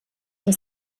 zur